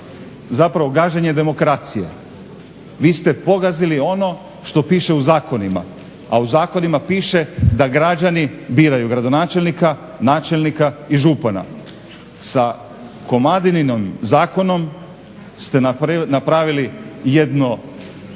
zapravo gaženje demokracije. Vi ste pogazili ono što piše u zakonima, a u zakonima piše da građani biraju gradonačelnika, načelnika i župana. Sa Komadininim zakonom ste napravili jedno